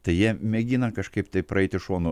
tai jie mėgina kažkaip tai praeiti šonu